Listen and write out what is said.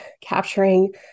capturing